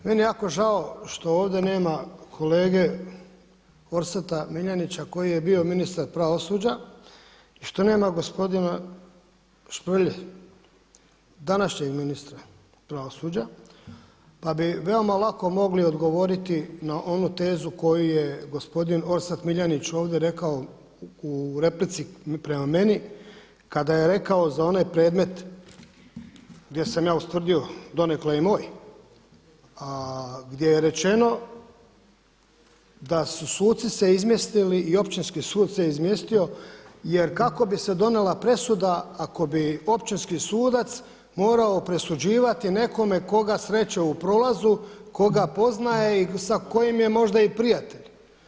Meni je jako žao što ovdje nema kolege Orsata Miljenića koji je bio ministar pravosuđa i što nema gospodina Šprlje, današnjeg ministra pravosuđa, pa bi veoma lako mogli odgovoriti na onu tezu koju je gospodin Orsat Miljenić ovdje rekao u replici prema meni, kada je rekao za onaj predmet gdje sam ja ustvrdio donekle i moj, a gdje je rečeno da su suci se izmjestili i Općinski sud se izmjestio jer kako bi se donijela presuda ako bi općinski sudac morao presuđivati nekome koga sreće u prolazu, koga poznaje i sa kojim je možda i prijatelj.